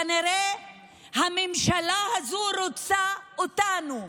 כנראה הממשלה הזו רוצה אותנו,